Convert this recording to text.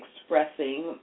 expressing